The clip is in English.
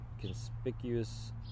conspicuous